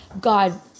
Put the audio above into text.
God